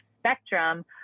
spectrum